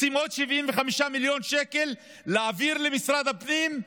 רוצים עוד 75 מיליון שקל להעביר למשרד הפנים,